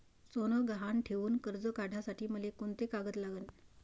सोनं गहान ठेऊन कर्ज काढासाठी मले कोंते कागद लागन?